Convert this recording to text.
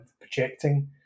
projecting